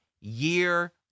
year